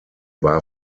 war